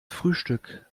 frühstück